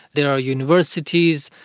there are universities,